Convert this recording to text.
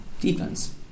defense